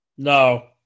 No